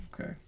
Okay